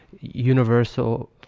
universal